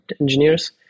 engineers